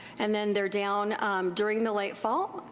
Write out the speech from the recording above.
and then theyire down during the late fall